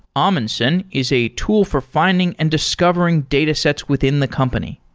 amundsen is a tool for finding and discovering datasets within the company.